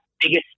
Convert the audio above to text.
biggest